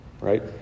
right